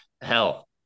hell